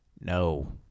no